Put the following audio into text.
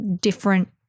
different